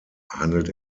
handelt